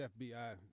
FBI